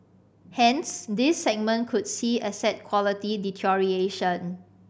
hence this segment could see asset quality deterioration